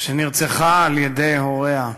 שנרצחה על-ידי הוריה.